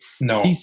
no